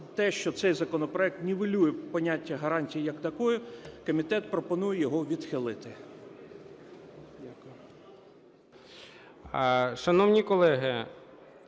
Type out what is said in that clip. те, що цей законопроект нівелює поняття гарантії як такої, комітет пропонує його відхилити. Дякую. ГОЛОВУЮЧИЙ. Шановні колеги,